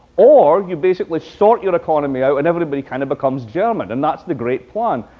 or you basically sort your economy out and everybody kind of becomes german, and that's the great plan.